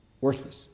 worthless